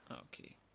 okay